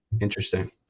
Interesting